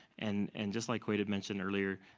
and and just like qwade had mentioned earlier,